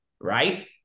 right